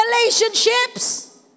relationships